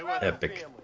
Epic